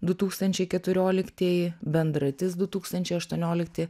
du tūkstančiai keturioliktieji bendratis du tūkstančiai aštuoniolikti